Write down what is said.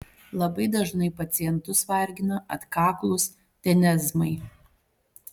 labai dažnai pacientus vargina atkaklūs tenezmai